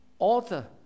author